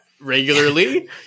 regularly